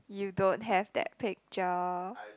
you don't have that picture